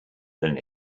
than